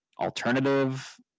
alternative